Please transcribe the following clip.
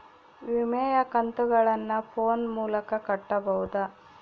ವಿಮೆಯ ಕಂತುಗಳನ್ನ ಫೋನ್ ಮೂಲಕ ಕಟ್ಟಬಹುದಾ?